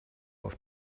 auf